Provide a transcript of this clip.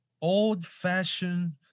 Old-fashioned